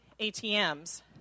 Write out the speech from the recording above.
ATMs